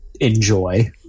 enjoy